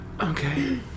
Okay